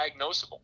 diagnosable